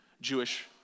Jewish